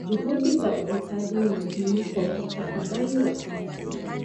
Juhudi za uhifadhi ni muhimu kwa mustakabali wa sayari yetu.